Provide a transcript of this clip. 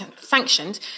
sanctioned